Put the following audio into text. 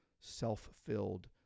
self-filled